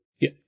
Yeah